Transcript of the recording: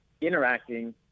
interacting